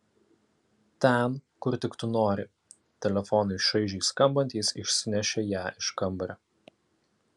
ten kur tik tu nori telefonui šaižiai skambant jis išsinešė ją iš kambario